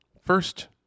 First